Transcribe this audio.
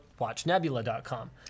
WatchNebula.com